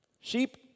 Sheep